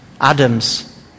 Adam's